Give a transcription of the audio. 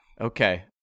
Okay